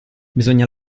bisogna